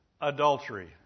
adultery